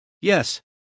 yes